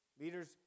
leaders